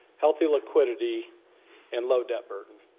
healthy liquidity and low debt burden.